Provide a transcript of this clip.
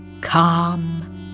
calm